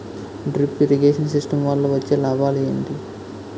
Drip irrigation system వల్ల వచ్చే లాభాలు ఏంటి?